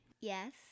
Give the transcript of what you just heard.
Yes